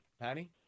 Patty